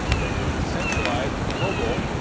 that was decentralized and global,